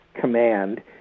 command